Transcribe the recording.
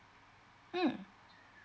mm